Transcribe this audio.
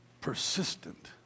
persistent